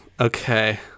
Okay